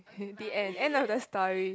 the end end of the story